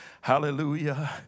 Hallelujah